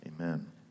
amen